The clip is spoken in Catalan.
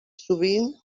sovint